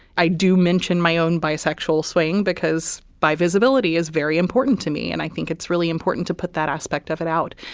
i do mention my own bisexual swaying because by visibility is very important to me and i think it's really important to put that aspect of it out.